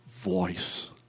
voice